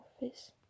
office